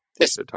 Yes